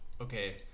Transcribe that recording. okay